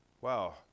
Wow